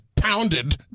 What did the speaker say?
Pounded